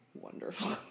wonderful